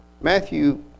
Matthew